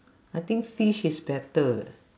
I think fish is better